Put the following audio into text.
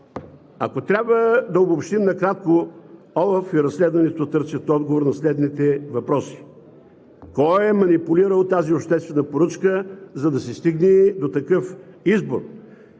Ако трябва да обобщим накратко, ОЛАФ и разследването търсят отговори на следните въпроси: кой е манипулирал тази обществена поръчка, за да се стигне до такъв избор?